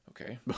okay